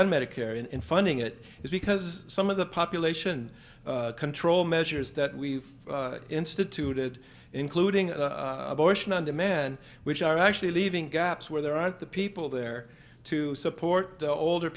and medicare and funding it is because some of the population control measures that we've instituted including abortion on demand which are actually leaving gaps where there aren't the people there to support the older